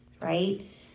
right